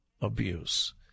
abuse